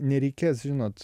ir nereikės žinot